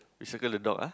you circle the dog ah